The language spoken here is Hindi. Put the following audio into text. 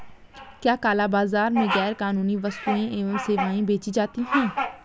क्या काला बाजार में गैर कानूनी वस्तुएँ एवं सेवाएं बेची जाती हैं?